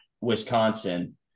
Wisconsin